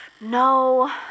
No